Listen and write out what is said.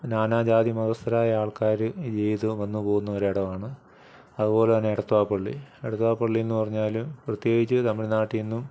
നാനാ ജാതിമതസ്ഥരായ ആൾക്കാർ വന്നു പോകുന്നൊരിടമാണ് അതുപോലെത്തന്നെ എടത്ത്വ പള്ളി എടത്ത്വ പള്ളിയെന്ന് പറഞ്ഞാൽ പ്രത്യേകിച്ച് തമിഴ്നാട്ടിൽനിന്നും